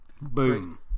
Boom